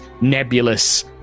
nebulous